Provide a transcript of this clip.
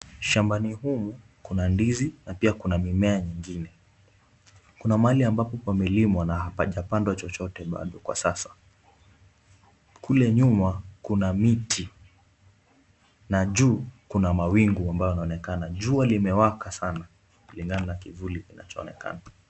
Shambani humu kuna ndizi na pia kuna mimea mingine. Kuna mahali ambapo pamelimwa na hakujapandwa chochote bado kwa sasa. Kule nyuma kuna miti na juu kuna mawingu ambayo yanaonekana. Jua limewaka sana. Mimea na kivuli vinachoonekana.